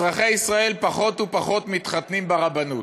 אזרחי ישראל פחות ופחות מתחתנים ברבנות,